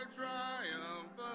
triumph